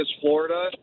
Florida